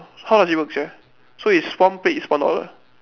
how does it work sia so it's one plate it's one dollar